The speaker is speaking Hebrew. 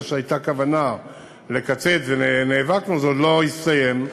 זה שהייתה כוונה לקצץ ונאבקנו, זה עוד לא הסתיים,